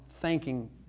thanking